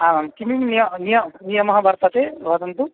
आमां कः नियमः नियमः नियमः वर्तते वदन्तु